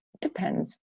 Depends